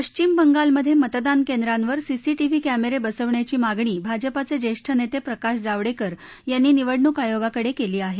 पश्चिम बंगालमधे मतदान केंद्रांवर सीसीटीव्ही कॅमेरे बसवण्याची मागणी भाजपाचे ज्येष्ठ नेते प्रकाश जावडेकर यांनी निवडणूक आयोगाकडे केली आहे